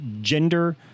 gender